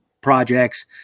projects